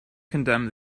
condemned